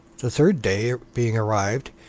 the third day being arrived,